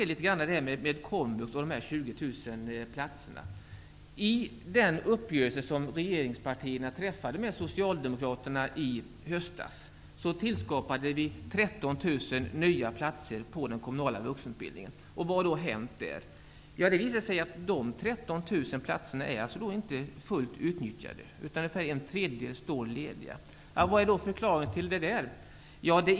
Låt mig sedan kommentera detta med komvux och de 20 000 platserna. I den uppgörelse som regeringspartierna träffade med Socialdemokraterna i höstas tillskapade vi 13 000 nya platser inom den kommunala vuxenutbildningen. Vad har då hänt där? Det har visat sig att dessa 13 000 platser inte är fullt utnyttjade. Ungefär en tredjedel står lediga. Vad är då förklaringen till detta?